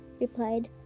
replied